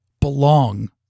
belong